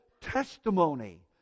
testimony